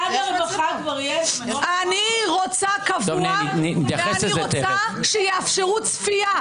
אני רוצה קבוע, ואני רוצה שיאפשרו צפייה.